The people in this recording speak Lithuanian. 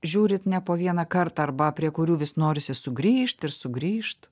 žiūrit ne po vieną kartą arba prie kurių vis norisi sugrįžt ir sugrįžt